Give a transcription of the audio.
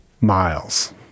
miles